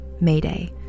mayday